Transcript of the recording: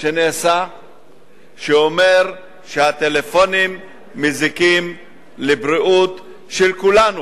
שאומר שהטלפונים מזיקים לבריאות של כולנו,